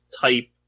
type